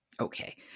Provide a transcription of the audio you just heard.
Okay